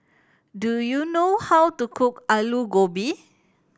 do you know how to cook Alu Gobi